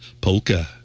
Polka